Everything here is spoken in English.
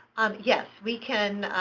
um yes. we can